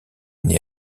née